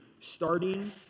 starting